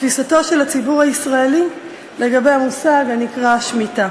בתפיסתו של הציבור הישראלי לגבי המושג הנקרא שמיטה.